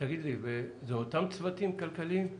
אלה אותם צוותים כלכליים?